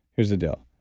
here's the deal.